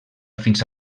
fins